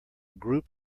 group